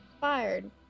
Fired